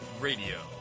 Radio